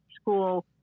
school